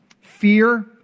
fear